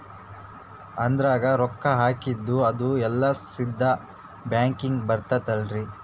ಅದ್ರಗ ರೊಕ್ಕ ಹಾಕಿದ್ದು ಅದು ಎಲ್ಲಾ ಸೀದಾ ಬ್ಯಾಂಕಿಗಿ ಬರ್ತದಲ್ರಿ?